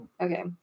Okay